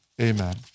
Amen